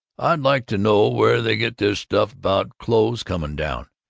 i'd like to know where they get this stuff about clothes coming down.